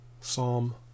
Psalm